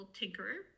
tinkerer